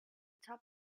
top